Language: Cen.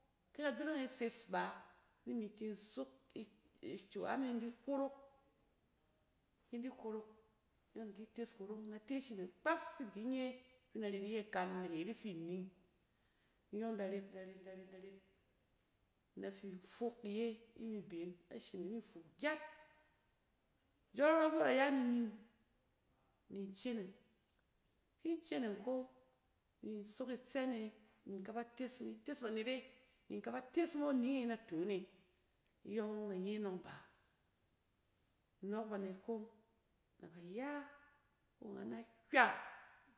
. Kɛ kadonong e fes ba, ni mi tin sok icawa me in di korok. Ki in di korok nↄng in da ki tes kurong. In da te ashi me kpaf fi di ki nye nↄng in da ret iye ikan nek iyet ifi ining. In yↄng in da ret, in da ret in da ret, in da ret. In da fin fok iye imi been, ashi me mi fuk gyat jↄrↄ fɛ ba da ya ni ining, ni inceneng. Kin ceneng kong ni in sok itsɛn e ni in k aba tes, ni in tes banet e, ni in kaba tes mo ining e naton e. Iyↄng ↄng in da nye nↄng ba, in ↄↄk banet kong na bay a ko ngan na hywa.